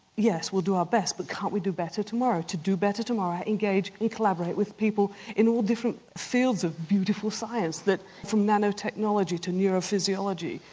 yes, we'll do our best. but can't we do better tomorrow? to do better tomorrow, engage and collaborate with people in all different fields of beautiful science, from nanotechnology to neurophysiology,